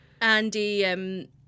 Andy